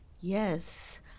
Yes